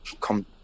come